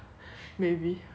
maybe I don't know